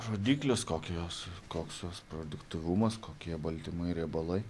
rodyklės kokia jos koks jos produktyvumas kokie baltymai riebalai